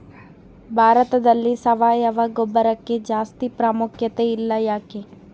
ಭಾರತದಲ್ಲಿ ಸಾವಯವ ಗೊಬ್ಬರಕ್ಕೆ ಜಾಸ್ತಿ ಪ್ರಾಮುಖ್ಯತೆ ಇಲ್ಲ ಯಾಕೆ?